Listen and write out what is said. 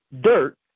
dirt